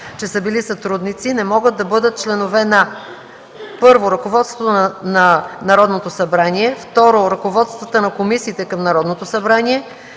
че са били сътрудници, не могат да бъдат членове на: 1. ръководството на Народното събрание; 2. ръководството на комисиите към Народното събрание;